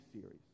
series